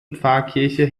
pfarrkirche